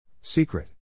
Secret